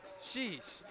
sheesh